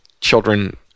children